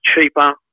cheaper